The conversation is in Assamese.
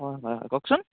হয় হয় কওকচোন